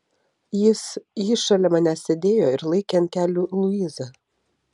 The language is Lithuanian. jis jis šalia manęs sėdėjo ir laikė ant kelių luizą